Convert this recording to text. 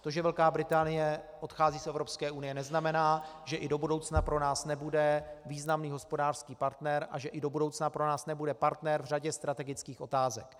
To, že Velká Británie odchází z Evropské unie, neznamená, že i do budoucna pro nás nebude významný hospodářský partner a že i do budoucna pro nás nebude partner v řadě strategických otázek.